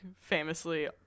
famously